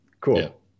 Cool